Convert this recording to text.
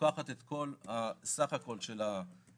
לוקחת את כל סך הכל של התעריפים,